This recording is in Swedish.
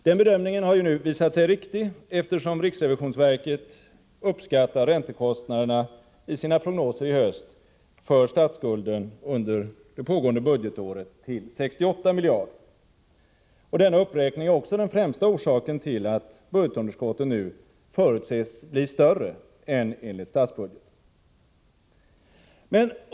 Den bedömningen har nu visat sig riktig, eftersom riksrevisionsverket uppskattar räntekostnaderna i sina prognoser i höst för statsskulden under det pågående budgetåret till 68 miljarder. Denna uppräkning är också den främsta orsaken till att budgetunderskottet nu förutses bli större än enligt statsbudgeten.